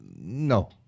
No